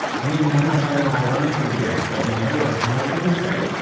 i mean, i'm not talking about ironically great. but you know like, what if it was great?